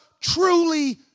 truly